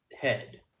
Head